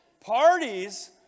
Parties